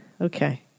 Okay